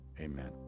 Amen